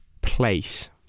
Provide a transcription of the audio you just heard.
place